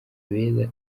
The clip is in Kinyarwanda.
beza